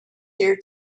here